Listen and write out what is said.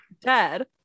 dead